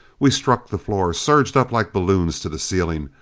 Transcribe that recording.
we struck the floor, surged up like balloons to the ceiling,